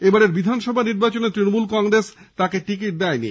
এবারের বিধানসভা নির্বাচনে তৃণমল কংগ্রেস তাঁকে টিকিট দেয়নি